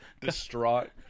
distraught